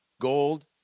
gold